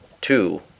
two